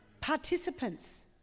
participants